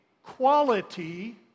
quality